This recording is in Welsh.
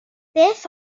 beth